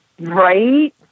Right